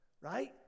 right